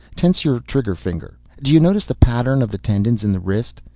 tense your trigger finger. do you notice the pattern of the tendons in the wrist?